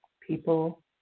people